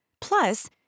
Plus